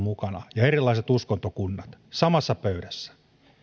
mukana ja erilaiset uskontokunnat samassa pöydässä